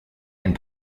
and